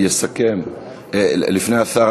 לפני השר,